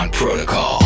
Protocol